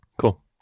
Cool